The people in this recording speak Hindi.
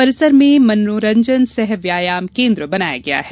परिसर में मनोरंजन सह व्यायाम केन्द्र बनाया गया है